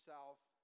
South